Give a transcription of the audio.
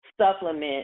supplement